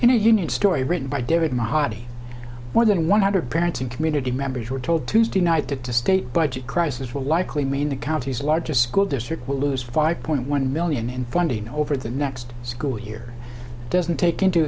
in a union story written by david mahdi more than one hundred parents and community members were told tuesday night due to state budget crisis will likely mean the county's largest school district will lose five point one million in funding over the next school year doesn't take into